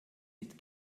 nicht